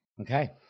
Okay